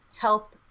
help